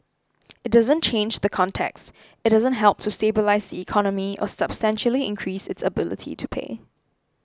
it doesn't change the context it doesn't help to stabilise the economy or substantially increase its ability to pay